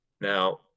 Now